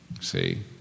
see